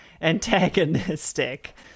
antagonistic